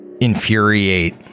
infuriate